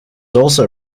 also